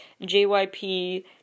JYP